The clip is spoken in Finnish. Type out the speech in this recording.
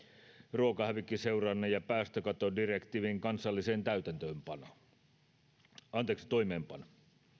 ruokahävikkiseurannan ja päästökattodirektiivin kansalliseen toimeenpanoon